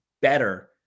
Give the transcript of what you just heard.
better